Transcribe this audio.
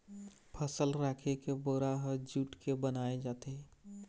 फसल राखे के बोरा ह जूट के बनाए जाथे